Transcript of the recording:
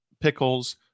pickles